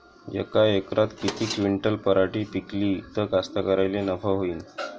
यका एकरात किती क्विंटल पराटी पिकली त कास्तकाराइले नफा होईन?